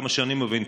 עד כמה שאני מבין,